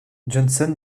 johnson